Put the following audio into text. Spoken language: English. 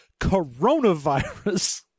coronavirus